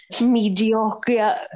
mediocre